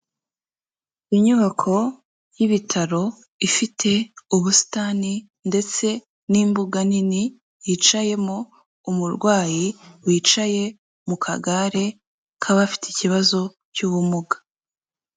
Inyubako y'ibitaro ifite ubusitani ndetse n'imbuga nini, yicayemo umurwayi wicaye mu kagare k'abafite ikibazo cy'ubumuga.